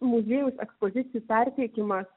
muziejaus ekspozicijų perteikimas